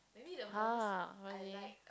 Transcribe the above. [huh] really